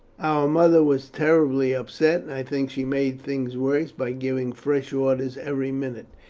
our mother was terribly upset, and i think she made things worse by giving fresh orders every minute.